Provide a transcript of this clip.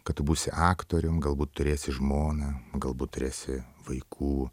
kad tu būsi aktorium galbūt turėsi žmoną galbūt turėsi vaikų